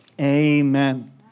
Amen